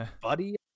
buddy